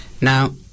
Now